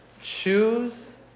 Choose